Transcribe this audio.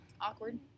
awkward